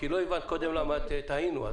כי לא הבנת קודם למה תהינו,